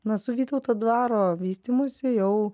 na su vytauto dvaro vystymusi jau